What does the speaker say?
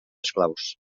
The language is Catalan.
esclaus